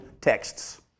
texts